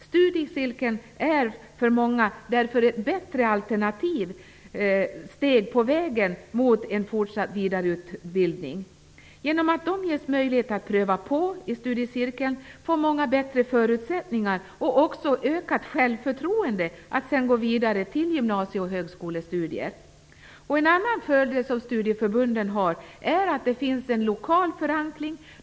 Studiecirkeln är för många därför ett bättre alternativt steg på vägen mot en fortsatt vidareutbildning. Genom att de i studiecirkeln ges möjlighet att pröva på studier får många bättre förutsättningar och också ökat självförtroende att sedan gå vidare till gymnasie och högskolestudier. En annan fördel som studieförbunden har är att det finns en lokal förankring.